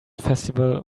festival